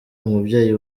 umubyeyi